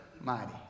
mighty